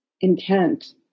intent